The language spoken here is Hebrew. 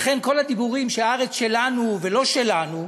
לכן כל הדיבורים שהארץ שלנו ולא שלנו,